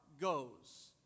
goes